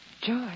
George